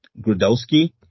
Grudowski